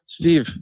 Steve